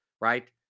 right